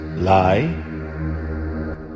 Lie